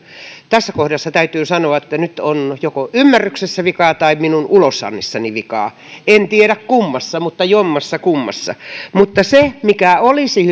tässä kohdassa täytyy sanoa että nyt on joko ymmärryksessä vikaa tai minun ulosannissani vikaa en tiedä kummassa mutta jommassakummassa mutta se mikä olisi